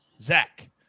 Zach